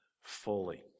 fully